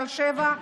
תל שבע,